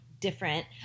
different